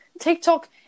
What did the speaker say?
TikTok